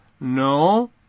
No